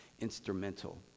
instrumental